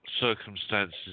circumstances